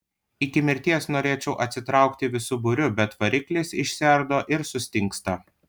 iki mirties norėčiau atsitraukti visu būriu bet variklis išsiardo ir sustingsta